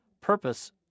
purpose